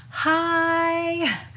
Hi